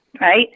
right